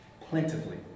plentifully